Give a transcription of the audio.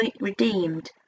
redeemed